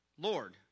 Lord